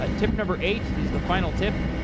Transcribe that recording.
but tip number eight is the final tip.